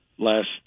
Last